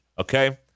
Okay